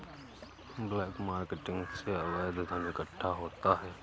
black marketing से अवैध धन इकट्ठा होता है